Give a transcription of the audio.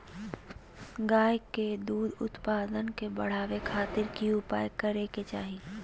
गाय में दूध उत्पादन के बढ़ावे खातिर की उपाय करें कि चाही?